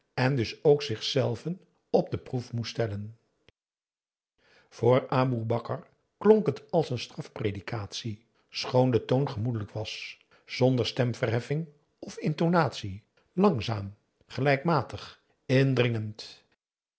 en dus ook zichzelven op de proef moest stellen voor aboe bakar klonk het als een strafpredikatie schoon de toon gemoedelijk was zonder stemverheffing of intonatie langzaam gelijkmatig indringend